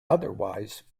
otherwise